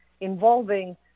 involving